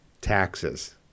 Taxes